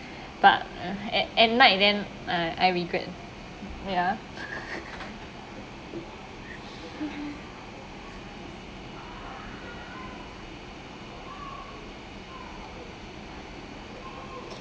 but uh at night then ah I regret ya